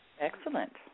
Excellent